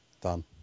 Done